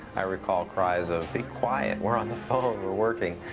i recall cries of be quiet, we're on the phone, we're working,